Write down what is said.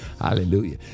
hallelujah